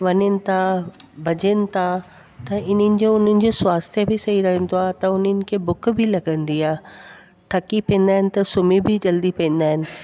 वञनि था भॼनि था त हिननि जो उन्हनि जो स्वास्थ्य बि सही रहींदो आहे त हुनिन खे बुख बि लॻंदी आहे थकी पैंदा इम त सुम्ही बि जल्दी पवंदा आहिनि